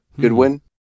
Goodwin